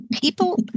people